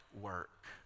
work